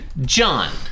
John